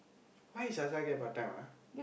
why Sasha get part time ah